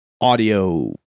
audio